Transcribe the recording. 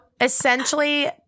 essentially